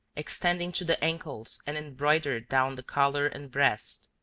extending to the ankles and embroidered down the collar and breast,